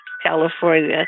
California